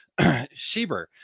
sheber